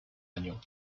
año